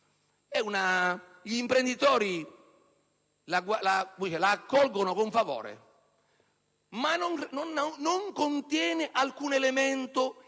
Gli imprenditori la accolgono con favore, ma non contiene alcun elemento in linea